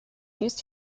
used